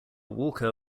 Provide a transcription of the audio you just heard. walker